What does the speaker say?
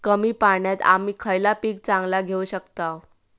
कमी पाण्यात आम्ही खयला पीक चांगला घेव शकताव?